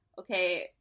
okay